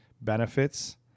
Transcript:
benefits